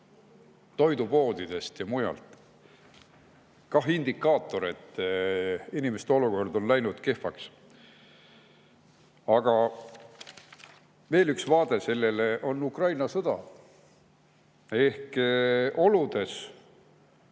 toidupoodides ja mujal. See on ka indikaator, et inimeste olukord on läinud kehvaks. Aga veel üks vaade sellele on Ukraina sõda. Ehk oludes,